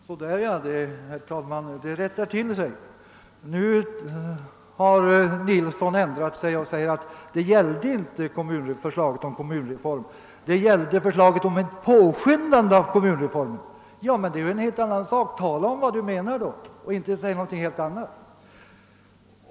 Herr talman! Så där ja, nu rättar det till sig! Herr Nilsson i Östersund säger nu att det inte var fråga om förslaget om kommunreform utan om förslaget om påskyndande av kommunreformen. Det är ju en helt annan sak — tala om vad Ni menar då och säg inte något helt annat!